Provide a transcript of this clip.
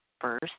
first